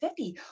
50